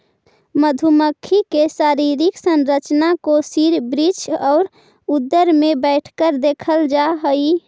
मधुमक्खी के शारीरिक संरचना को सिर वक्ष और उदर में बैठकर देखल जा हई